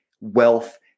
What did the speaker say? wealth